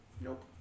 Nope